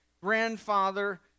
grandfather